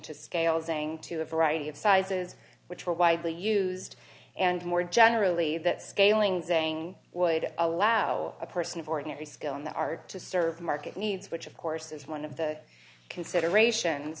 to scale saying to a variety of sizes which were widely used and more generally that scaling saying would allow a person of ordinary skill in the art to serve market needs which of course is one of the consideration